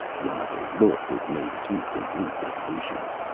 while they looked, it made two complete revolutions.